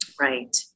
Right